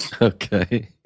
Okay